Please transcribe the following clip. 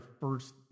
first